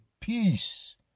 peace